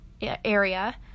area